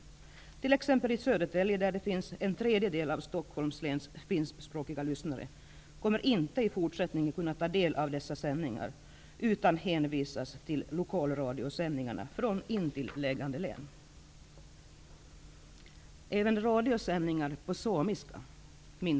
I t.ex. Södertälje, där en tredjedel av Stockholms läns finskspråkiga lyssnare finns, kommer man i fortsättningen inte att kunna ta del av dessa sändningar utan hänvisas till lokalradiosändningar från intilliggande län.